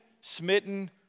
smitten